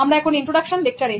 আমরা এখন ইন্ট্রোডাকশন লেকচারে